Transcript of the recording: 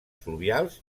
fluvials